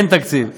אין תקציב,